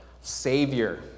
savior